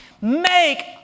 Make